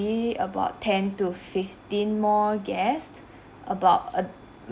~be about ten to fifteen more guest about a